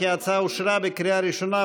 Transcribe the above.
ההצעה להעביר את הצעת חוק שירותי תשלום (תיקון ) (דחיית מועד תחילה),